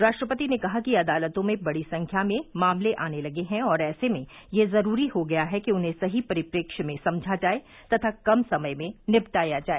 राष्ट्रपति ने कहा कि अदालतों में बडी संख्या में मामले आने लगे हैं और ऐसे में यह जरूरी हो गया है कि उन्हें सही परिप्रेक्ष्य में समझा जाए तथा कम समय में निपटाया जाए